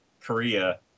Korea